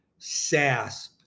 SASP